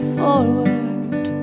forward